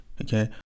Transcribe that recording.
Okay